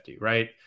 right